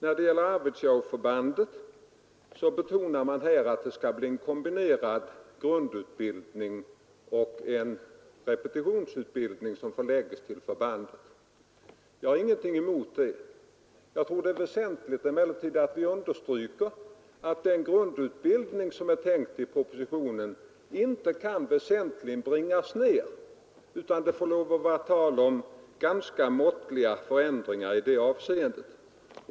När det gäller Arvidsjaurförbandet betonar utskottet att det skall bli en kombinerad grundutbildning och repetitionsutbildning på förbandet. Jag har ingenting emot det. Jag tror emellertid att det är väsentligt att vi understryker att den grundutbildning som är tänkt i propositionen inte väsentligt kan bringas ned, utan det måste bli fråga om ganska måttliga förändringar i det avseendet.